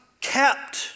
kept